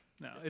No